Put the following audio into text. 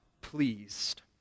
pleased